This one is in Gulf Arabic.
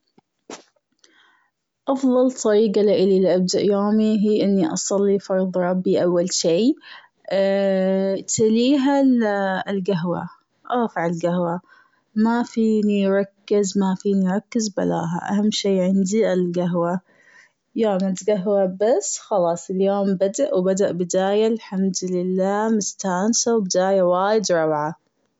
أفضل طريقة لإلي لأبدأ يومي هي إني اصلي فرض ربي أول شيء. تليها ال- القهوة أوف يا القهوة. ما فيني ركز- ما فيني ركز بلاها. أهم شيء عندي القهوة. يا نتقهوى بس خلاص اليوم بدأ و بدأ بداية الحمد لله مستانسة وبداية وايد روعة.